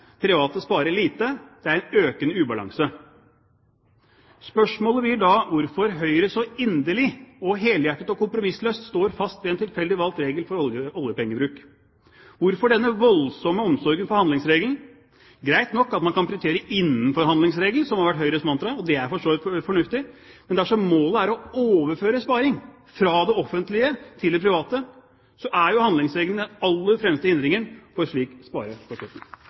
private sparer lite.» Det er en økende ubalanse. Spørsmålet blir da hvorfor Høyre så inderlig og helhjertet og kompromissløst står fast ved en tilfeldig valgt regel for oljepengebruk. Hvorfor denne voldsomme omsorgen for handlingsregelen? Greit nok at man kan prioritere innenfor handlingsregelen, som har vært Høyres mantra – og det er for så vidt fornuftig – men dersom målet er å overføre sparing fra det offentlige til det private, er jo handlingsregelen den aller fremste hindringen for slik